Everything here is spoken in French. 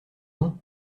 nom